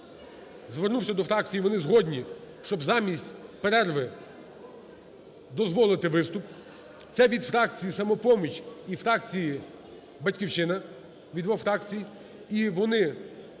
звернувся до фракції, вони згодні, щоб замість перерви дозволити виступ. Це від фракції "Самопоміч" і фракції "Батьківщина" – від двох фракцій.